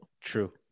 true